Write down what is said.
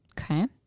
Okay